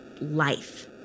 life